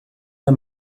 der